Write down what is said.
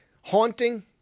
Haunting